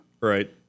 Right